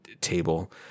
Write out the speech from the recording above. table